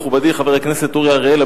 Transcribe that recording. מכובדי חבר הכנסת אורי אריאל,